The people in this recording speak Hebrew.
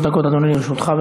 שלוש דקות, אדוני, לרשותך.